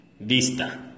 Vista